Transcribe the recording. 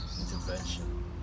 intervention